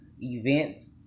events